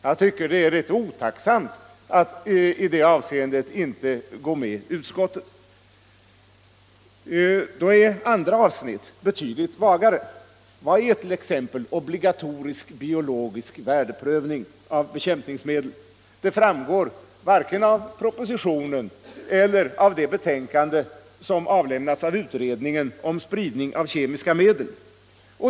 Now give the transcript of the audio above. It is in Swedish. Jag tycker det är rätt otacksamt att i det avseendet inte gå med utskottet. Då är andra avsnitt betydligt vagare. Vad är t.ex. obligatorisk biologisk värdeprövning av bekämpningsmedel? Det framgår varken av propositionen eller av det betänkande som avlämnats av utredningen om spridning av kemiska medel.